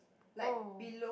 oh